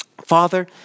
Father